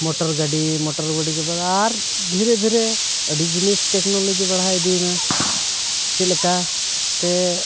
motor ᱜᱟᱹᱰᱤ motor ᱜᱟᱹᱰᱤ ᱜᱮ ᱟᱨ ᱫᱷᱤᱨᱮ ᱫᱷᱤᱨᱮ ᱟᱹᱰᱤ ᱡᱤᱱᱤᱥ ᱴᱮᱠᱱᱳᱞᱚᱡᱤ ᱵᱟᱲᱟᱭ ᱤᱫᱤᱭᱮᱱᱟ ᱪᱮᱫ ᱞᱮᱠᱟ ᱛᱮ